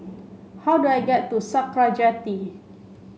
how do I get to Sakra Jetty